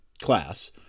class